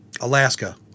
Alaska